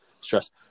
Stress